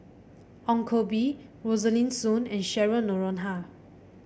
Ong Koh Bee Rosaline Soon and Cheryl Noronha